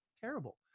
terrible